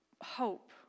hope